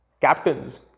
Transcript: captains